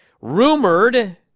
rumored